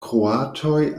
kroatoj